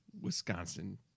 Wisconsin